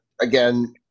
again